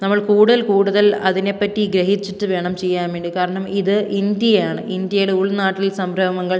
നമ്മൾ കൂടുതൽ കൂടുതൽ അതിനെ പറ്റി ഗ്രഹിച്ചിട്ട് വേണം ചെയ്യാൻ വേണ്ടി കാരണം ഇത് ഇന്ത്യയാണ് ഇന്ത്യയിൽ ഉൾ നാട്ടിൽ സംരംഭങ്ങൾ